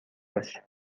باش